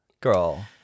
girl